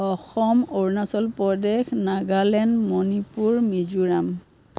Assam Arunachal Pradesh Nagaland Manipur Mizoram